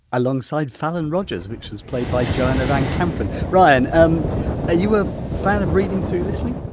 alongside fallon rogers which was played by joanna van kampen. ryan, um are you a fan of reading through listening?